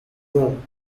room